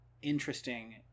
interesting